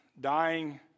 dying